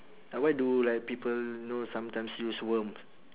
uh why do like people know sometimes use worms